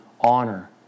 honor